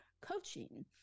coaching